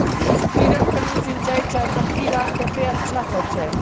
Sprinkler सिंचाई चयपत्ति लार केते अच्छा होचए?